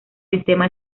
sistema